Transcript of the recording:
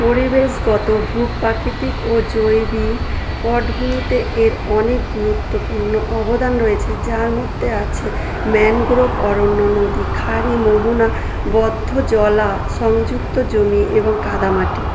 পরিবেশগত ভূ প্রাকৃতিক ও জৈবিক পটভূমিতে এর অনেক গুরুত্বপূর্ণ অবদান রয়েছে যার মধ্যে আছে ম্যানগ্রোভ অরণ্য নদী খাঁড়ি মোহনা বদ্ধ জলা সংযুক্ত জমি এবং কাদামাটি